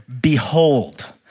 behold